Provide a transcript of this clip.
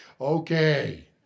Okay